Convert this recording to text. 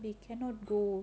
they cannot go